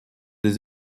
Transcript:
des